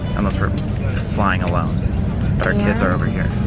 unless we're flying alone, but our kids are over here.